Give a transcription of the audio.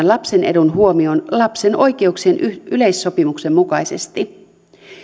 lapsen edun huomioon lapsen oikeuksien yleissopimuksen mukaisesti